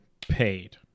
paid